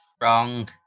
wrong